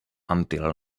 until